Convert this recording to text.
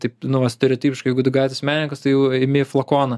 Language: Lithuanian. taip na va stereotipiškai gatvės menininkas tai jau imi flakoną